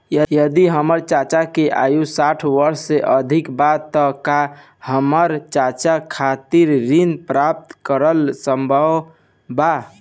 यदि हमर चाचा की आयु साठ वर्ष से अधिक बा त का हमर चाचा खातिर ऋण प्राप्त करल संभव बा